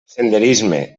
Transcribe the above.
senderisme